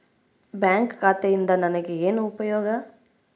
Bank ಖಾತೆಯಿಂದ ನನಗೆ ಏನು ಉಪಯೋಗ?